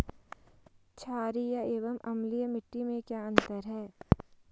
छारीय एवं अम्लीय मिट्टी में क्या अंतर है?